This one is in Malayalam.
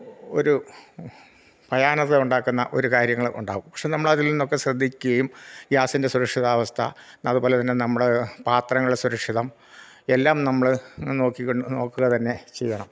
ഒരു ഭയാനത ഉണ്ടാക്കുന്ന ഒരു കാര്യങ്ങൾ ഉണ്ടാകും പക്ഷെ നമ്മൾ അതിൽ നിന്നൊക്കെ ശ്രദ്ധിക്കുകയും ഗ്യാസിൻ്റെ സുരക്ഷിതാവസ്ഥ അതുപോലെ തന്നെ നമ്മൾ പാത്രങ്ങള സുരക്ഷിതം എല്ലാം നമ്മൾ നോക്കി കൊണ്ട് നോക്കുക തന്നെ ചെയ്യണം